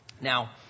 Now